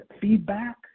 feedback